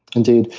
indeed.